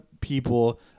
people